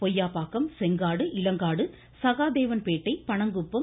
பொய்யாப்பாக்கம் செங்காடு இளங்காடு சகாதேவன்பேட்டை பணங்குப்பம்